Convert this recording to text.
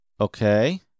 Okay